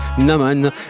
NAMAN